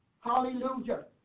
Hallelujah